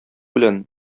белән